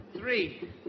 Three